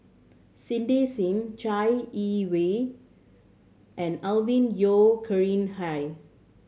Cindy Sim Chai Yee Wei and Alvin Yeo Khirn Hai